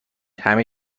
همه